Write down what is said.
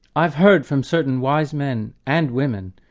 i've heard from certain wise men, and women,